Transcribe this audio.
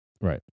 Right